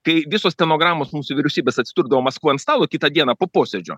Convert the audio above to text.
kai visos stenogramos mūsų vyriausybės atsidurdvo maskvoj ant stalo kitą dieną po posėdžio